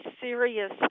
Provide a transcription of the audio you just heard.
serious